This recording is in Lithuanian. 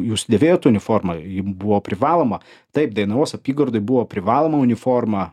jūs dėvėjot uniformą jin buvo privaloma taip dainavos apygardoj buvo privaloma uniforma